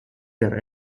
der